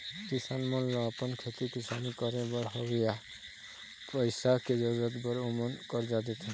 किसान मन ल अपन खेती किसानी करे बर होवइया पइसा के जरुरत बर ओमन करजा देथे